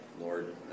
lord